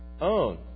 own